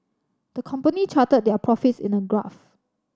the company charted their profits in a graph